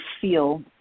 feel